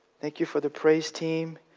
thank you for the praise team.